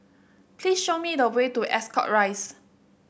please show me the way to Ascot Rise